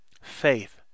Faith